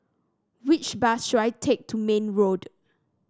which bus should I take to Mayne Road